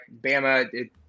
Bama